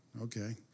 Okay